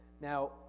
Now